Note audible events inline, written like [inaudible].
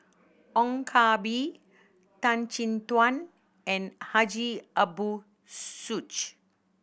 Ong Koh Bee Tan Chin Tuan and Haji Ambo [unintelligible]